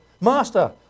Master